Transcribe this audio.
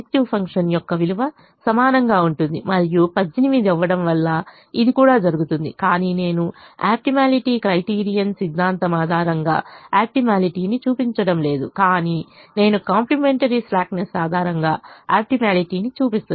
objective function యొక్క విలువ సమానంగా ఉంటుంది మరియు 18 అవ్వడం వల్ల ఇది కూడా జరుగుతుంది కానీ నేను ఆప్టిమాలిటీ క్రైటీరియన్ సిద్ధాంతం ఆధారంగా ఆప్టిమాలిటీని చూపించడం లేదు కానీ నేను కాంప్లిమెంటరీ స్లాక్నెస్ ఆధారంగా ఆప్టిమాలిటీని చూపిస్తున్నాను